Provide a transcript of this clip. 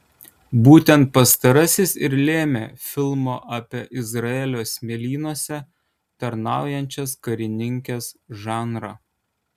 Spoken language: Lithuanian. būtent pastarasis ir lėmė filmo apie izraelio smėlynuose tarnaujančias karininkes žanrą